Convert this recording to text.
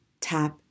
tap